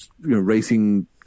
racing